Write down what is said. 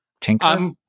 Tinker